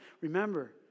Remember